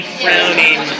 frowning